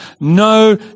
no